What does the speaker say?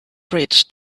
bridge